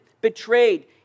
betrayed